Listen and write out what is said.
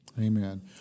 Amen